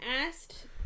asked